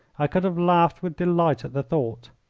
i could have laughed with delight at the thought.